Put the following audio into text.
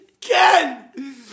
Ken